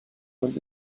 und